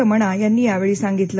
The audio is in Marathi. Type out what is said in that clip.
रमणा यांनी यावेळी सांगितलं